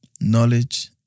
knowledge